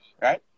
right